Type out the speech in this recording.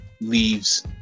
leaves